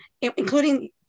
including